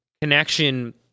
connection